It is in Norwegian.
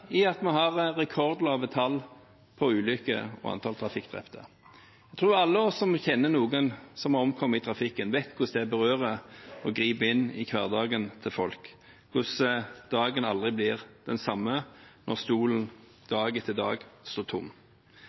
i at vi har rekordlave tall når det gjelder ulykker og antall trafikkdrepte. Jeg tror alle som kjenner noen som har omkommet i trafikken, vet hvordan det berører og griper inn i hverdagen til folk, hvordan dagen aldri blir den samme når stolen dag etter dag står tom.